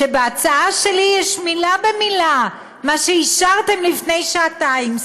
שבהצעה שלי יש מילה במילה מה שאישרתם לפני שעתיים.